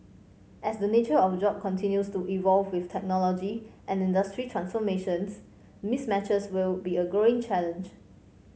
as the nature of job continues to evolve with technology and industry transformations mismatches will be a growing challenge